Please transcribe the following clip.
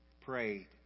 prayed